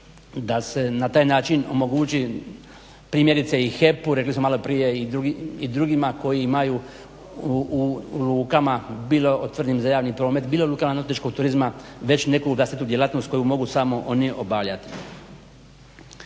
da se na taj način omogući primjerice i HEP-u rekli smo maloprije i drugima koji imaju u lukama, bilo tvrdim za javni promet, bilo u lukama nautičkog turizma već neku vlastitu djelatnost koju mogu samo oni obavljat.